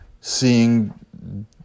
seeing